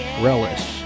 Relish